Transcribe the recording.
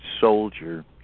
Soldier